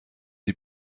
die